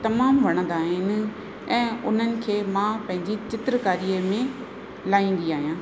तमामु वणंदा आहिनि ऐं उन्हनि खे मां पंहिंजी चित्रकारीअ में लाहींदी आहियां